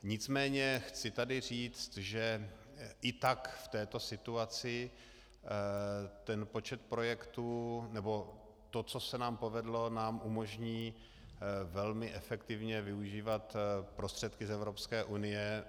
Nicméně chci tady říct, že i tak v této situaci ten počet projektů nebo to, co se nám povedlo, nám umožní velmi efektivně využívat prostředky z Evropské unie.